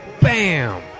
bam